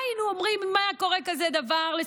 מה היינו אומרים אם היה קורה דבר כזה